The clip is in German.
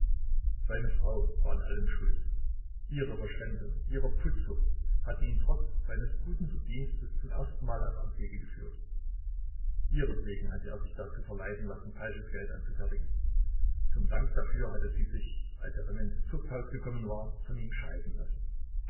seine frau war an allem schuld ihre verschwendung ihre putzsucht hatte ihn trotz seines guten verdienstes zum erstenmal auf abwege geführt ihretwegen hatte er sich dazu verleiten lassen falsches geld anzufertigen zum dank dafür hatte sie sich als er dann ins zuchthaus gekommen war von ihm scheiden lassen